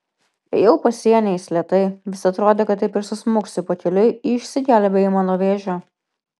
ėjau pasieniais lėtai vis atrodė kad taip ir susmuksiu pakeliui į išsigelbėjimą nuo vėžio